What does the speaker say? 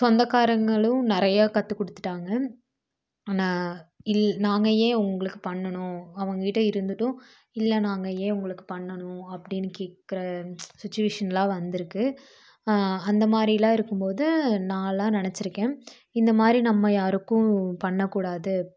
சொந்தக்காரங்களும் நிறையா கற்று கொடுத்துட்டாங்க ஆனால் இல் நாங்கள் ஏன் உங்களுக்கு பண்ணனும் அவங்ககிட்ட இருந்துட்டும் இல்லை நாங்கள் ஏன் உங்களுக்கு பண்ணனும் அப்டின்னு கேட்ற சுச்வேஷன்லாம் வந்துருக்கு அந்த மாதிரிலான் இருக்கும்போது நால்லாம் நினச்சிருக்கேன் இந்த மாதிரி நம்ம யாருக்கும் பண்ண கூடாது